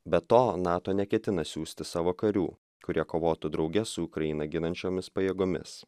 be to nato neketina siųsti savo karių kurie kovotų drauge su ukrainą ginančiomis pajėgomis